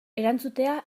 erantzutea